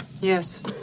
Yes